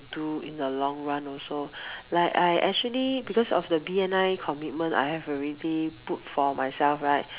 do in the long run also like I actually because of the B_N_I commitment I have already put for myself right